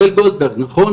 הראל גולדברג, נכון?